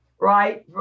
right